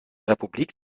republik